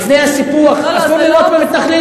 לפני הסיפוח אסור לירות במתנחלים?